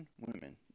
women